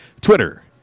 Twitter